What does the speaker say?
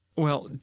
well,